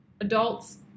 adults